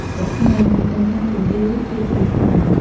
រស្មី មានន័យថាពន្លឺ ភាពភ្លឺស្វាង។